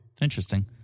Interesting